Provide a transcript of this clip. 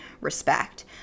respect